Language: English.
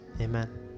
amen